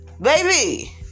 baby